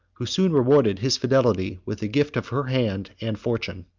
who soon rewarded his fidelity with the gift of her hand and fortune.